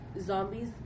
zombies